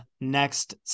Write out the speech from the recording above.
Next